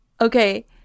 okay